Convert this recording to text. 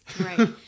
Right